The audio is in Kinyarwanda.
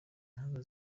mpanga